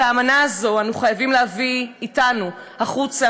את האמנה הזאת אנו חייבים להביא אתנו החוצה